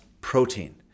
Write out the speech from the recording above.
protein